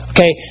Okay